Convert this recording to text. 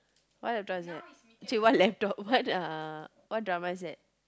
what laptop is that !chey! what laptop what uh what drama is that